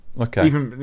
okay